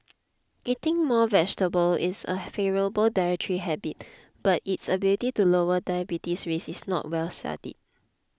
eating more vegetables is a favourable dietary habit but its ability to lower diabetes risk is not well studied